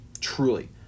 Truly